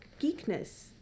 geekness